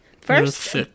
First